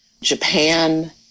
Japan